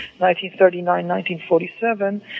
1939-1947